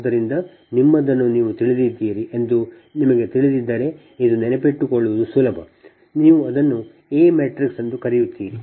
ಆದ್ದರಿಂದ ನಿಮ್ಮದನ್ನು ನೀವು ತಿಳಿದಿದ್ದೀರಿ ಎಂದು ನಿಮಗೆ ತಿಳಿದಿದ್ದರೆ ಇದು ನೆನಪಿಟ್ಟುಕೊಳ್ಳುವುದು ಸುಲಭ ನೀವು ಅದನ್ನು A ಮ್ಯಾಟ್ರಿಕ್ಸ್ ಎಂದು ಕರೆಯುತ್ತೀರಿ